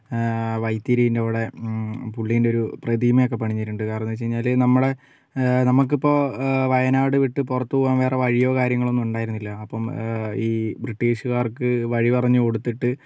വൈത്തിരീൻ്റ അവിടെ പുള്ളിൻറ്റൊരു പ്രതിമ ഒക്കേ പണിതിട്ടുണ്ട് കാരണം എന്ന് വെച്ച് കഴിഞ്ഞാല് നമ്മളുടെ നമുക്കിപ്പോൾ വയനാട് വിട്ട് പുറത്തു പോകാൻ വേറെ വഴിയോ കാര്യങ്ങളോ ഒന്നും ഉണ്ടായിരുന്നില്ല അപ്പം ഈ ബ്രിട്ടീഷുകാർക്ക് വഴി പറഞ്ഞു കൊടുത്തിട്ട്